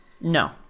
No